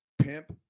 pimp